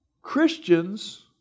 Christians